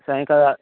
सायङ्काले